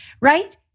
right